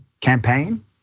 campaign